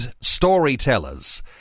storytellers